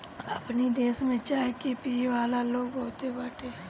अपनी देश में चाय के पियेवाला लोग बहुते बाटे